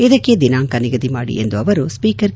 ಇದಕ್ಕೆ ದಿನಾಂಕ ನಿಗದಿ ಮಾಡಿ ಎಂದು ಅವರು ಸ್ವೀಕರ್ ಕೆ